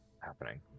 happening